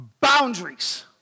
boundaries